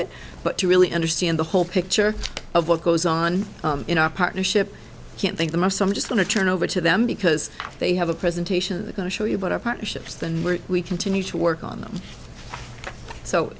it but to really understand the whole picture of what goes on in our partnership can't think the most i'm just going to turn over to them because they have a presentation going to show you but our partnerships than where we continue to work on them so